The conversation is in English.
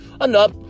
Enough